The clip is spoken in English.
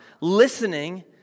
listening